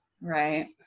Right